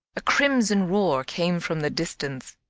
a crimson roar came from the distance.